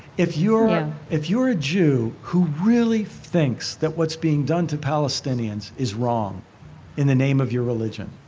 if you're if you're a jew who really thinks that what's being done to palestinians is wrong in the name of your religion,